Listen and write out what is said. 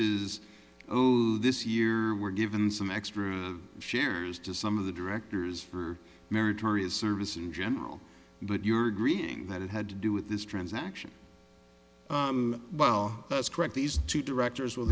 owed this year were given some extra shares to some of the directors for meritorious service in general but you're agreeing that it had to do with this transaction well that's correct these two directors we